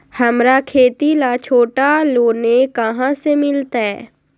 हमरा खेती ला छोटा लोने कहाँ से मिलतै?